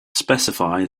specify